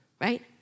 right